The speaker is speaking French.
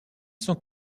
sont